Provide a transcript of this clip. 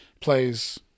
plays